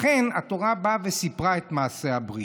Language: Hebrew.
לכן התורה באה וסיפרה את מעשה הבריאה.